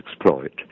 exploit